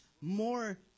more